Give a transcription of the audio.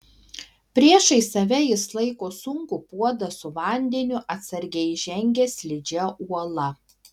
priešais save jis laiko sunkų puodą su vandeniu atsargiai žengia slidžia uola